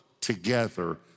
together